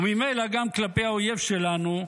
וממילא גם כלפי האויב שלנו,